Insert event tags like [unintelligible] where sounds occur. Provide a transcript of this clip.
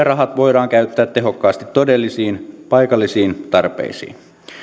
[unintelligible] rahat voidaan käyttää tehokkaasti todellisiin paikallisiin tarpeisiin